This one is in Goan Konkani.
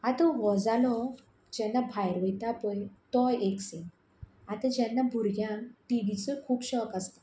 आतां हो जालो जेन्ना भायर वयता पळय तो एक सीन आतां जेन्ना भुरग्यांक टीवीचो खूब शॉक आसता